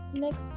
Next